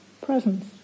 presence